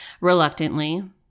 Reluctantly